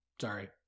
sorry